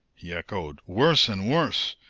he echoed. worse and worse!